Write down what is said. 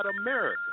America